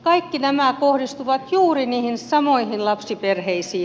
kaikki nämä kohdistuvat juuri niihin samoihin lapsiperheisiin